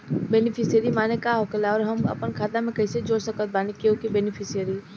Beneficiary माने का होखेला और हम आपन खाता मे कैसे जोड़ सकत बानी केहु के बेनीफिसियरी?